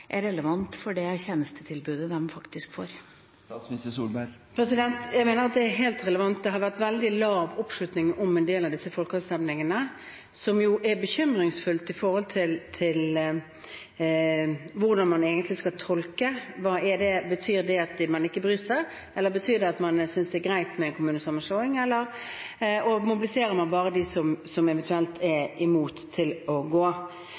er relevant for tjenestetilbudet de faktisk får. Jeg mener at dette er helt relevant. Det har vært veldig lav oppslutning om en del av disse folkeavstemningene, noe som er bekymringsfullt med hensyn til hvordan man egentlig skal tolke det. Betyr det at man ikke bryr seg, betyr det at man synes at det er greit med en kommunesammenslåing, eller mobiliserer man bare dem som eventuelt er imot? Det som også bekymrer meg, er